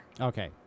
Okay